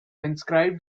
inscribed